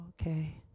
Okay